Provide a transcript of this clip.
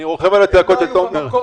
רוכב על הצעקות של תומר.